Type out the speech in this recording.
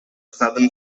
southern